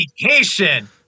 vacation